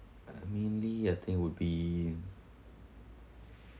mainly I think would be